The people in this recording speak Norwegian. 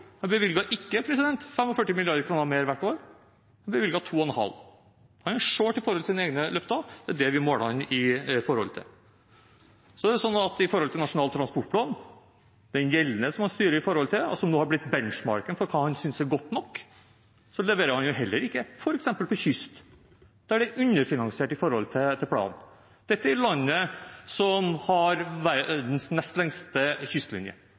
Han bevilget ikke 45 mrd. kr mer hvert år. Han bevilget 2,5 mrd. kr. Han er «short» i forhold til sine egne løfter. Det er det vi måler ham opp mot. Og når det gjelder Nasjonal transportplan, den gjeldende, som han styrer etter, og som nå har blitt benchmarking for hva han synes er godt nok, leverer han jo heller ikke f.eks. på kyst, der det er underfinansiert i henhold til planen. Dette er landet som har verdens nest lengste kystlinje.